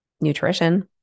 nutrition